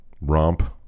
romp